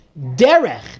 Derech